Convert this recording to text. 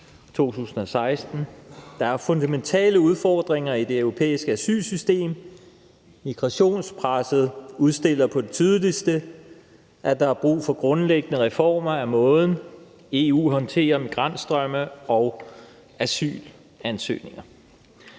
Der er fundamentale udfordringer i det europæiske asylsystem. Migrationspresset udstiller på det tydeligste, at der er brug for grundlæggende reformer af måden, EU håndterer migrantstrømme og asylansøgninger